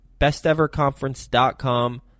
BestEverConference.com